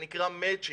שנקרא מצ'ינג.